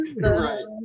right